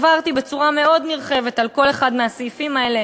עברתי בצורה מאוד נרחבת על כל אחד מהסעיפים האלה